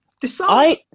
decide